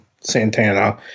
Santana